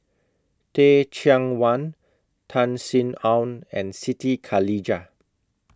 Teh Cheang Wan Tan Sin Aun and Siti Khalijah